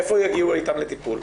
איפה יגיעו איתם לטיפול?